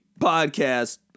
podcast